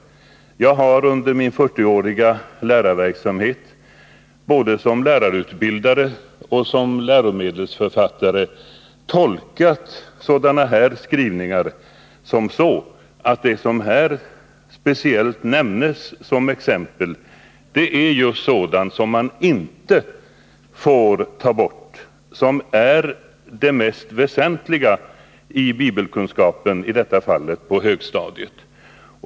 Onsdagen den Jag har under min 40-åriga lärarverksamhet — och dessutom som 22 april 1981 lärarutbildare och som läromedelsförfattare — tolkat sådana här skrivningar så, att det som speciellt nämns som exempel är just sådant som man inte får ta Anslag till driften bort, utan det är det mest väsentliga i bibelkunskapen.